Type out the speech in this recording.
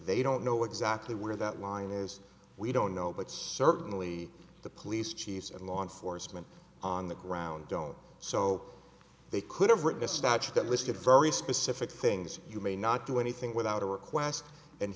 they don't know exactly where that line as we don't know but certainly the police chase a law enforcement on the ground so they could have written a statute that listed very specific things you may not do anything without a request and